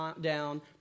down